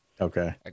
Okay